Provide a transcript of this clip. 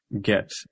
get